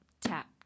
tap